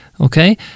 okay